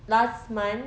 last month